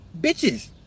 bitches